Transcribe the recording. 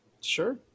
sure